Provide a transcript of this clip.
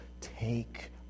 take